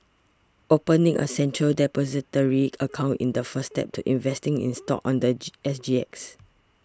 opening a Central Depository account in the first step to investing in stocks on the S G X